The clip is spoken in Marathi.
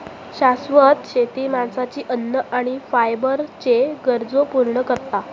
शाश्वत शेती माणसाची अन्न आणि फायबरच्ये गरजो पूर्ण करता